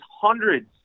hundreds